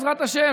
בעזרת השם,